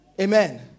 Amen